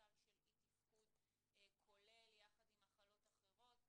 סל של אי תפקוד כולל יחד עם מחלות אחרות,